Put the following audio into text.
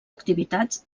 activitats